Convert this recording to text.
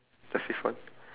the fifth one